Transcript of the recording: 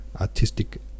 artistic